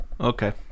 Okay